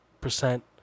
percent